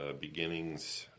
beginnings